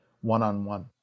one-on-one